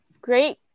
great